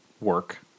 work